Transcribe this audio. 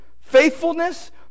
faithfulness